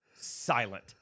silent